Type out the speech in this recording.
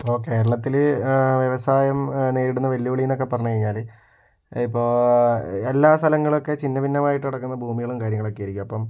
അപ്പോൾ കേരളത്തില് വ്യവസായം നേരിടുന്ന വെല്ലുവിളി എന്നൊക്കെ പറഞ്ഞ് കഴിഞ്ഞാല് ഇപ്പോൾ എല്ലാ സ്ഥലങ്ങളൊക്കെ ചിന്ന ഭിന്നമായിട്ട് കിടക്കുന്ന ഭൂമികളും കാര്യങ്ങളൊക്കെ ആയിരിക്കും അപ്പം